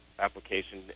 application